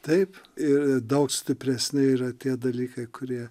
taip ir daug stipresni yra tie dalykai kurie